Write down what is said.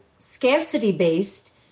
scarcity-based